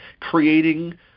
creating